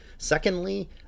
Secondly